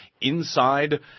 inside